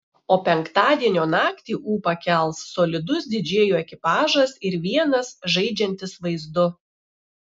o penktadienio naktį ūpą kels solidus didžėjų ekipažas ir vienas žaidžiantis vaizdu